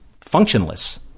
functionless